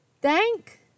Thank